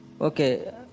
Okay